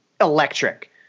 electric